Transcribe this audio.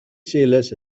celas